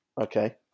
Okay